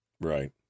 right